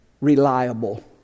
reliable